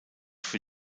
für